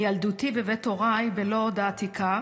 מילדותי בבית הוריי, בלוד העתיקה,